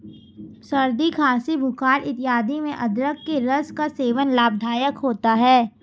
सर्दी खांसी बुखार इत्यादि में अदरक के रस का सेवन लाभदायक होता है